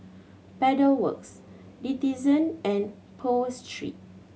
Pedal Works Denizen and Pho Street